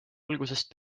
algusest